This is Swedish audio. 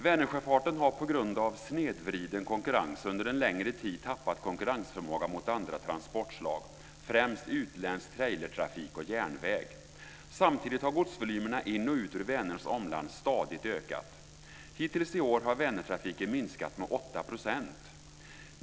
Vänersjöfarten har på grund av snedvriden konkurrens under en längre tid tappat konkurrensförmåga mot andra transportslag, främst utländsk trailertrafik och järnväg. Samtidigt har godsvolymerna in och ut ur Vänerns omland stadigt ökat. Hittills i år har Vänertrafiken minskat med 8 %.